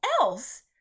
else